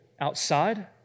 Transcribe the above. outside